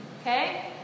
Okay